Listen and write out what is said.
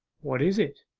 what is it?